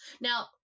Now